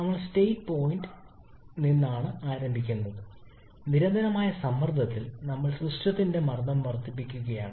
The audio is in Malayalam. നമ്മൾ സ്റ്റേറ്റ് പോയിന്റിൽ നിന്നാണ് ആരംഭിക്കുന്നത് നിരന്തരമായ സമ്മർദ്ദത്തിൽ നമ്മൾ സിസ്റ്റത്തിന്റെ മർദ്ദം വർദ്ധിപ്പിക്കുകയാണ്